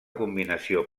combinació